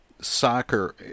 soccer